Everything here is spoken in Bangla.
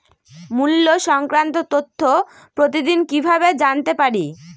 মুল্য সংক্রান্ত তথ্য প্রতিদিন কিভাবে জানতে পারি?